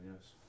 yes